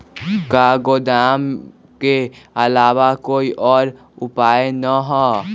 का गोदाम के आलावा कोई और उपाय न ह?